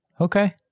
Okay